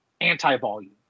anti-volume